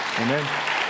Amen